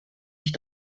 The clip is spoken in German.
sich